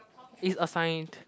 it's assigned